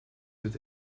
het